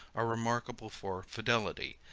are remarkable for fidelity.